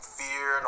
fear